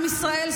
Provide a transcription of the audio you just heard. עם ישראל,